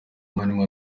mani